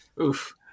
Oof